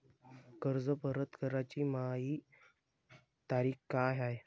कर्ज परत कराची मायी तारीख का हाय?